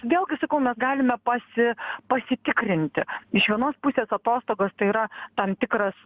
vėlgi sakau mes galime pasi pasitikrinti iš vienos pusės atostogos tai yra tam tikras